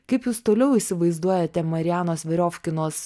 kaip jūs toliau įsivaizduojate marianos veriofkinos